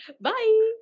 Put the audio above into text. Bye